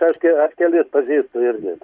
aš ke aš kelis pažįstu irgi